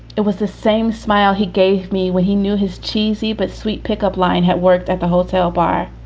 it was the same smile he gave me when he knew his cheesy but sweet pickup line had worked at the hotel bar.